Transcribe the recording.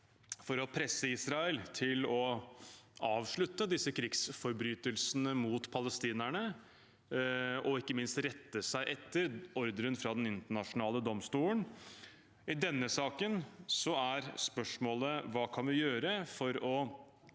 for å presse Israel til å avslutte disse krigsforbrytelsene mot palestinerne og ikke minst rette seg etter ordren fra Den internasjonale domstolen, ICJ. I denne saken er spørsmålet: Hva kan vi gjøre for å